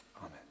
Amen